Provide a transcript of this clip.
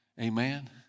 Amen